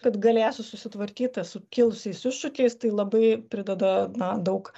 kad galėsiu susitvarkyti su kilusiais iššūkiais tai labai prideda na daug